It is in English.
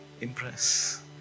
impress